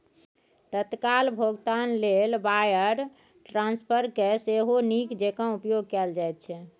तत्काल भोगतान लेल वायर ट्रांस्फरकेँ सेहो नीक जेंका उपयोग कैल जाइत छै